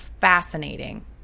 fascinating